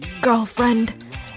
girlfriend